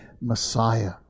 Messiah